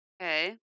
Okay